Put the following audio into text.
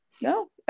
No